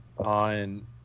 On